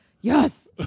Yes